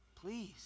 please